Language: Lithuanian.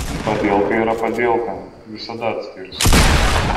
padielka yra padielka visada atskirsi